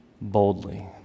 boldly